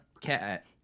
cat